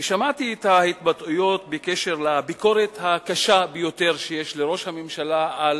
ושמעתי את ההתבטאויות בקשר לביקורת הקשה ביותר שיש לראש הממשלה על